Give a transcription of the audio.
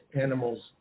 animals